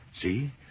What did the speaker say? See